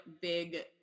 big